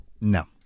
No